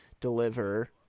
deliver